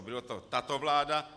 Byla to tato vláda?